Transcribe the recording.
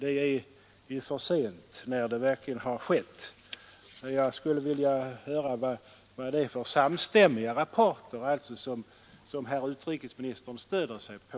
Det är ju för sent när det verkligen har skett. Jag skulle vilja höra vad det är för samstämmiga rapporter som herr utrikesministern stöder sig på.